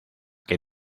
que